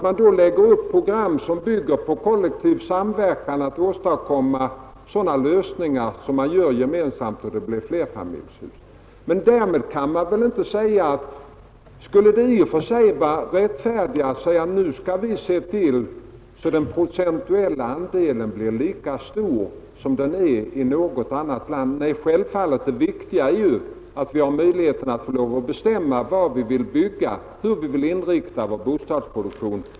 Man lägger då upp program som bygger på kollektiv samverkan för att åstadkomma gemensamma lösningar i form av flerfamiljshus. Skulle det i och för sig vara rättfärdigare att säga att nu skall vi se till att den procentuella andelen småhus blir lika stor som den är i något annat land? Nej, det viktiga är självfallet att vi har möjlighet att bestämma vad vi vill bygga, hur vi vill inrikta vår bostadsproduktion.